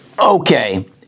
Okay